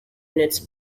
units